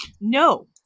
No